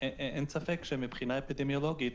אין ספק שמבחינה אפידמיולוגית